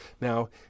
now